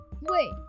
Wait